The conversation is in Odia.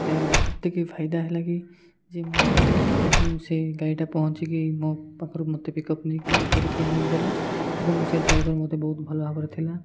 ମୋତେ ଏତିକି ଫାଇଦା ହେଲା କି ଯେ ମୋ ପାଖରେ ହିଁ ସେ ଗାଡ଼ିଟା ପହଞ୍ଚିକି ମୋ ପାଖରୁ ମୋତେ ପିକଅପ୍ କରିକି ନେଇଗଲା ଏବଂ ସେ ଡ୍ରାଇଭର ମୋତେ ବହୁତ ଭଲ ଭାବରେ ଥିଲା